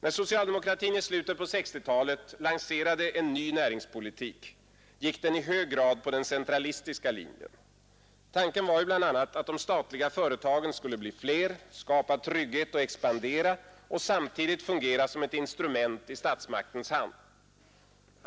När socialdemokratin i slutet av 1960-talet lanserade en ny näringspolitik gick den i hög grad in för den centralistiska linjen. Tanken var bl.a. att de statliga företagen skulle bli allt fler, skapa trygghet och expandera och samtidigt fungera som ett instrument i statsmaktens hand.